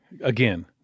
again